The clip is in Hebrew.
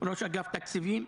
ראש אגף תקציבים,